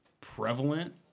prevalent